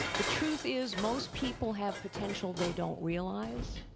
the truth is most people have potential they don't realize.